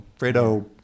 Fredo